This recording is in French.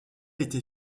était